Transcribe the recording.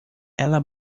ela